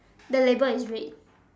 the label is red